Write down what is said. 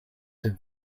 tym